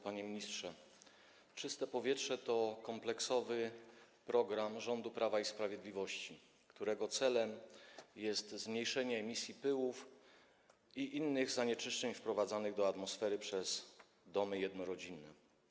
Panie Ministrze! „Czyste powietrze” to kompleksowy program rządu Prawa i Sprawiedliwości, którego celem jest zmniejszenie emisji pyłów i innych zanieczyszczeń wprowadzanych do atmosfery w przypadku domów jednorodzinnych.